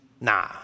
Nah